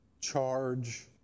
charge